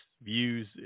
views